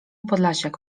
podlasiak